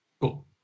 Cool